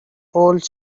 whole